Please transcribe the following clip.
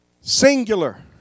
Singular